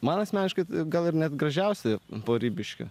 man asmeniškai gal ir net gražiausi po ribiškių